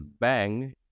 bang